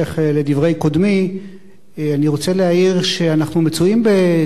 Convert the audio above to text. אני רוצה להעיר שאנחנו מצויים בעיצומה של תרבות "קנה הכול",